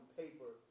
paper